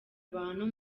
abantu